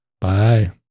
Bye